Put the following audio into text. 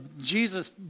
Jesus